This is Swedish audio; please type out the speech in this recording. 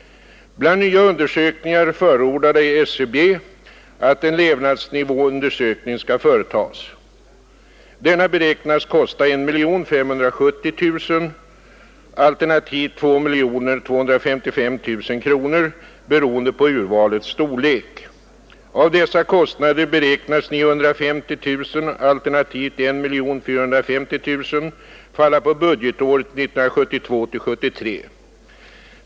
Bland nya undersökningar förordade statistiska centralbyrån att en levnadsnivåundersökning skall företas. Denna beräknas kosta 1 570 000 kronor, alternativt 2 255 000 kronor, beroende på urvalets storlek. Av dessa kostnader beräknas 950 000, alternativt 1 450 000, falla på budgetåret 1972/73.